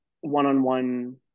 one-on-one